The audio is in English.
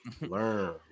learn